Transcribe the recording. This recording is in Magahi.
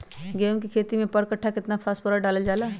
गेंहू के खेती में पर कट्ठा केतना फास्फोरस डाले जाला?